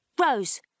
Rose